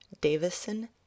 Davison